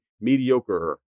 mediocre